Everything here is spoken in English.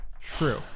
true